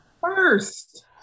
first